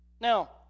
Now